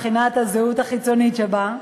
מבחינת הזהות החיצונית שבה,